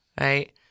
right